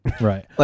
Right